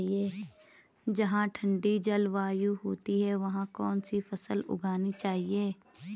जहाँ ठंडी जलवायु होती है वहाँ कौन सी फसल उगानी चाहिये?